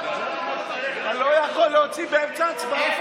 אתה לא יכול להוציא באמצע הצבעה.